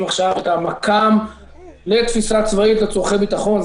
עכשיו את המכ"ם לתפיסה צבאית לצורכי ביטחון.